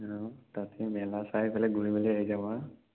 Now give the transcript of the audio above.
তাকেই মেলা চাই পেলাই ঘূৰি মেলি আহি যাম আৰু